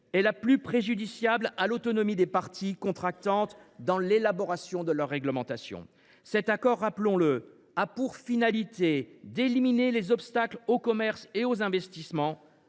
est « la plus préjudiciable à l’autonomie des parties contractantes dans l’élaboration de leur réglementation ». Rappelons le, l’accord a pour finalité d’éliminer les obstacles au commerce et aux investissements